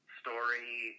story